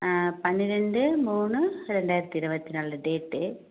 ஆ பன்னிரெண்டு மூணு இரண்டாயிரத்தி இருபத்தி நாலு டேட்டு